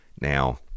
Now